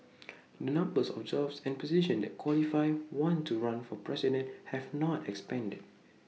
the numbers of jobs and positions that qualify one to run for president have not expanded